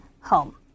home